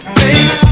baby